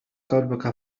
قلبك